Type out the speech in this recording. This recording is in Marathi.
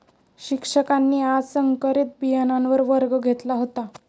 शिक्षकांनी आज संकरित बियाणांवर वर्ग घेतला होता